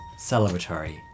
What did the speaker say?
celebratory